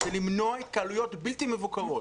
של למנוע התקהלויות בלתי מבוקרות.